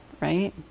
right